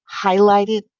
highlighted